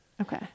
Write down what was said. okay